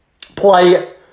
play